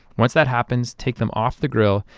once that happens, take them off the grill.